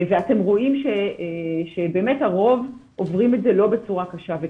ואתם רואים שבאמת הרוב עוברים את זה לא בצורה קשה וקריטית.